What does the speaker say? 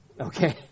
okay